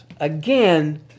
again